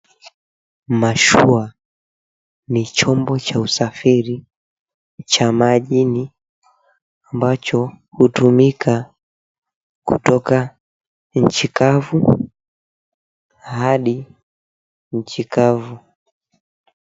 Mashua ni chombo cha usafiri cha majini ambacho hutumika kutoka nchi kavu hadi nchi kavu.